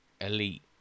Elite